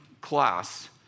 class